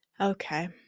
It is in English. Okay